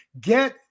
get